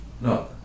No